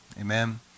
Amen